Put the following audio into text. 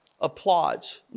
applause